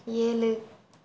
ஏழு